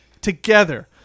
Together